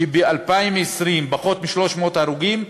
שב-2020 יהיו פחות מ-300 הרוגים,